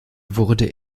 wurde